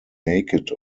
naked